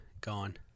gone